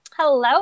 Hello